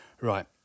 Right